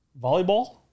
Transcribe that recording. Volleyball